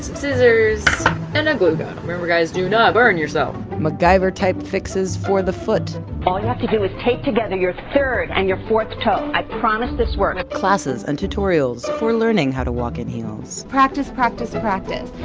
scissors and a glue gun. remember guys, do not burn yourself. macgyver type fixes for the foot all you have to do is tape together your third and your fourth toe. i promise this works. classes and tutorials for learning how to walk in heels practice, practice, practice.